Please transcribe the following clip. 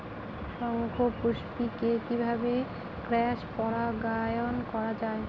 শঙ্খপুষ্পী কে কিভাবে ক্রস পরাগায়ন করা যায়?